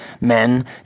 men